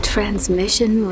Transmission